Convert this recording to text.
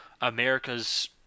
America's